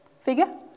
figure